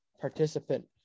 participant